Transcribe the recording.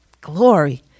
glory